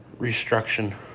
Restruction